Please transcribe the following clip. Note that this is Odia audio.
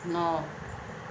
ନଅ